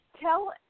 tell